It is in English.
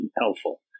helpful